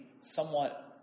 somewhat